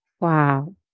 Wow